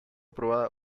aprobada